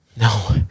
No